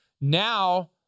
Now